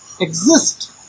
exist